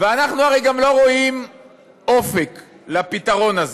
ואנחנו הרי גם לא רואים פתרון באופק,